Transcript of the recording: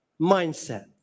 mindset